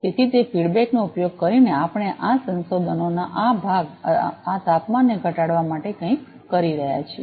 તેથી તે ફિડબેક નો ઉપયોગ કરીને આપણે આ સંશોધનનો આ ભાગ આ તાપમાનને ઘટાડવા માટે કંઈક કરી રહ્યા છીએ